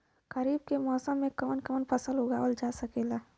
खरीफ के मौसम मे कवन कवन फसल उगावल जा सकेला?